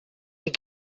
den